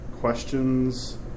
questions